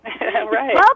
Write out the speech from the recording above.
Right